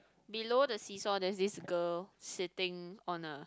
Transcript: below the seesaw there is this girl sitting on a